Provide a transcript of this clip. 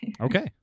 Okay